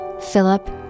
Philip